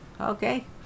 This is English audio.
Okay